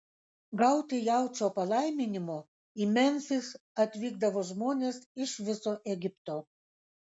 gauti jaučio palaiminimo į memfį atvykdavo žmonės iš viso egipto